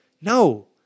No